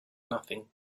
nothing